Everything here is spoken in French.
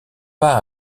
pas